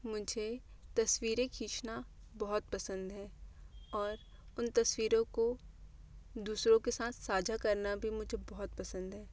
मुझे तस्वीरें खींचना बहुत पसंद है और उन तस्वीरों को दूसरो के साथ साझा करना भी मुझे बहुत पसंद है